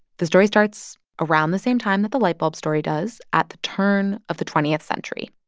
the story starts around the same time that the light bulb story does, at the turn of the twentieth century.